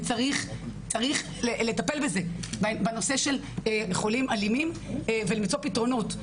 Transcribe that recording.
וצריך לטפל בזה בנושא של חולים אלימים ולמצוא פתרונות.